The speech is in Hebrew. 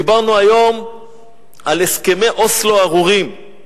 דיברנו היום על הסכמי אוסלו הארורים,